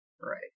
Right